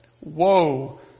Woe